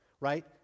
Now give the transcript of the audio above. right